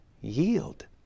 yield